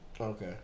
Okay